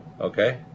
Okay